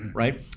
right?